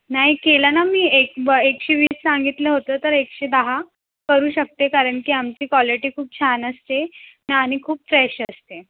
नाही केला ना मी एक ब एकशे वीस सांगितलं होतं तर एकशे दहा करू शकते कारण की आमची क्वालेटी खूप छान असते आणि खूप फ्रेश असते